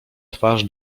twarz